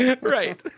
right